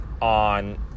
on